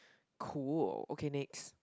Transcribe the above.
cool okay next